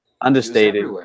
Understated